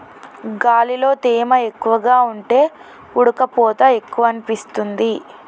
గాలిలో తేమ ఎక్కువగా ఉంటే ఉడుకపోత ఎక్కువనిపిస్తుంది